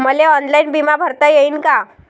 मले ऑनलाईन बिमा भरता येईन का?